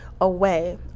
away